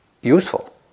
useful